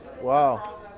Wow